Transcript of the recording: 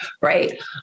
right